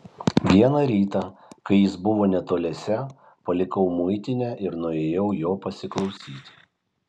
vieną rytą kai jis buvo netoliese palikau muitinę ir nuėjau jo pasiklausyti